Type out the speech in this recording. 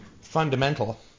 fundamental